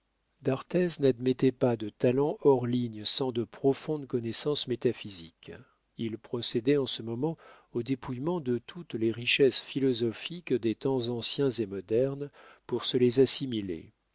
d'arthez n'admettait pas de talent hors ligne sans de profondes connaissances métaphysiques il procédait en ce moment au dépouillement de toutes les richesses philosophiques des temps anciens et modernes pour se les assimiler